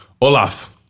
Olaf